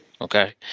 Okay